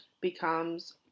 becomes